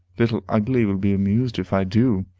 little ugly will be amused, if i do.